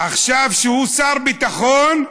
עכשיו, כשהוא שר ביטחון,